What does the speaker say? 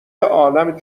عالم